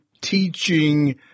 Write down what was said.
teaching